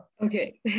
okay